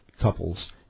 couples